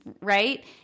Right